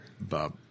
Bob